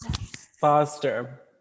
Foster